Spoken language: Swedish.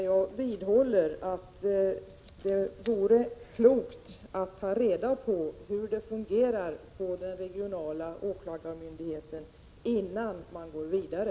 Jag vidhåller att det vore klokt att ta reda på hur det fungerar på den regionala åklagarmyndigheten innan man går vidare.